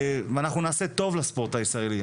אנחנו נעשה טוב לספורט הישראלי,